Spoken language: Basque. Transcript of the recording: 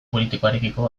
politikoarekiko